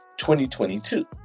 2022